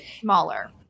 smaller